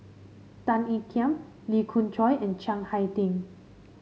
Tan Ean Kiam Lee Khoon Choy and Chiang Hai Ding